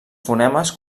fonemes